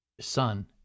son